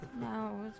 No